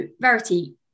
Verity